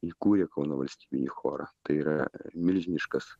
įkūrė kauno valstybinį chorą tai yra milžiniškas